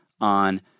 on